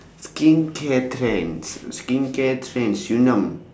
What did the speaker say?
skincare trends skincare trends yun nam